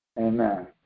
Amen